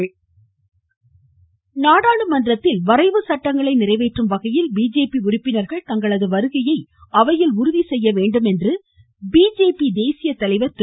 BJP நாடாளுமன்ற கூட்டம் நாடாளுமன்றத்தில் வரைவு சட்டங்களை நிறைவேற்றும் வகையில் பிஜேபி உறுப்பினர்கள் தங்களது வருகையை அவையில் உறுதி செய்ய வேண்டும் என்று பிஜேபி தலைவர் திரு